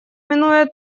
минуя